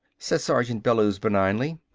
said sergeant bellews benignly.